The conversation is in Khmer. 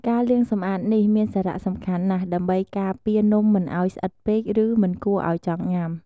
ការលាងសម្អាតនេះមានសារៈសំខាន់ណាស់ ដើម្បីការពារនំមិនឱ្យស្អិតពេក ឬមិនគួរឱ្យចង់ញ៉ាំ។